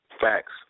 Facts